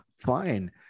fine